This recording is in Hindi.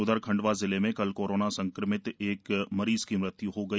उधर खंडवा जिले में कल कोरोना संक्रमित एक मरीज की मृत्य् हो गई